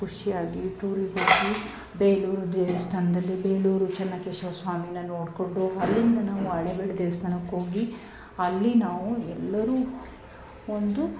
ಖುಷಿಯಾಗಿ ಟೂರಿಗೆ ಹೋಗಿ ಬೇಲೂರು ದೇವಸ್ಥಾನದಲ್ಲಿ ಬೇಲೂರು ಚೆನ್ನಕೇಶವ ಸ್ವಾಮಿನ ನೋಡಿಕೊಂಡು ಅಲ್ಲಿಂದ ನಾವು ಹಳೇಬೀಡು ದೇವಸ್ಥಾನಕ್ಕೋಗಿ ಅಲ್ಲಿ ನಾವು ಎಲ್ಲರು ಒಂದು